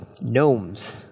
Gnomes